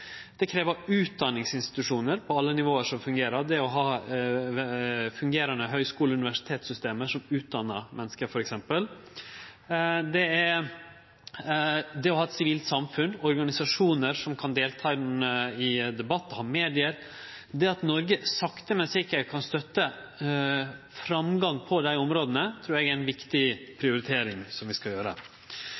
Det krev utdanningsinstitusjonar på alle nivå som fungerer, det å ha fungerande høgskule- og universitetssystem som utdannar menneske, t.d., det å ha eit sivilt samfunn, organisasjonar som kan delta i debatt, ha medium. Det at Noreg sakte, men sikkert kan støtte framgang på dei områda, trur eg er ei viktig prioritering som vi skal gjere.